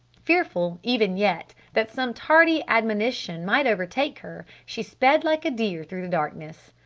fearful even yet that some tardy admonition might overtake her she sped like a deer through the darkness.